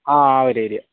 ആ ഒരു ഏരിയ